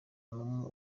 n’umwe